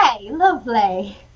lovely